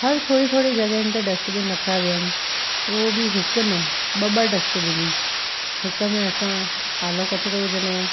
हर थोरी थोरी जॻहियुनि ते डस्टबिन रखिया विया आहिनि उहो बि हिकु न ॿ ॿ डस्टबिनियूं हिक में असां आलो कचरो विझंदा आहियूं